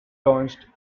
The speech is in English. launched